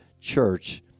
church